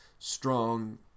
Strong